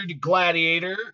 gladiator